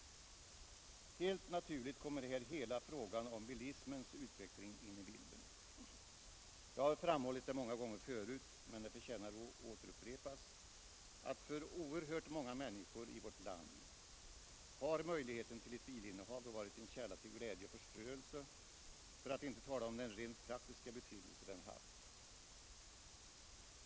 Helt naturligt kommer här hela frågan om bilismens utveckling in i bilden. Jag har framhållit många gånger förut, men det förtjänar att återupprepas, att för oerhört många människor i vårt land har möjligheten till ett bilinnehav varit en källa till glädje och förströelse, för att inte tala om den rent praktiska betydelse den haft.